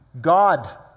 God